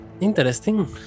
Interesting